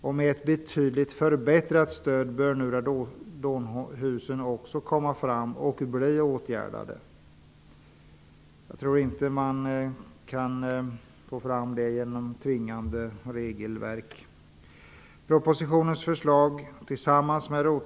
Men med ett betydligt förbättrat stöd bör nu radonhusen kunna upptäckas och åtgärdas. Jag tror inte att man kan uppnå detta genom tvingande regelverk.